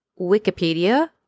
Wikipedia